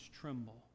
tremble